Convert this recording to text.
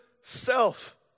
self